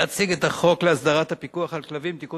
להציג את החוק להסדרת הפיקוח על כלבים (תיקון